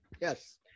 Yes